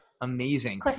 Amazing